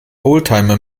oldtimer